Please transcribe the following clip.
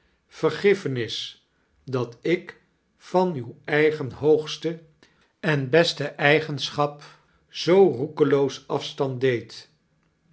vergiffenis dat ik van uw eigen hoogste en beste eigenschap zoo roekeloos af stand deed